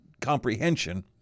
comprehension